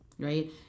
right